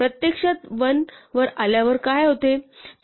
प्रत्यक्षात 1 वर पोहोचल्यावर काय होते